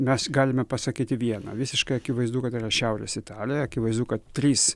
mes galime pasakyti vieną visiškai akivaizdu kad yra šiaurės italija akivaizdu kad trys